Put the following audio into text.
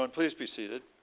and please be seated.